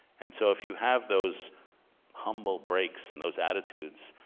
and so if you have those humble breaks in those attitudes,